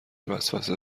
وسوسه